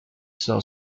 saw